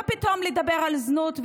מה פתאום לדבר על זנות,